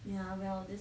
ya well this